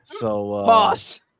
Boss